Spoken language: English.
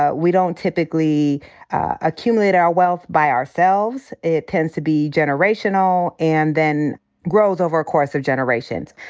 ah we don't typically accumulate our wealth by ourselves. it tends to be generational and then grow over a course of generations.